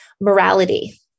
morality